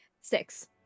six